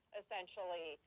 essentially